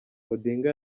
odinga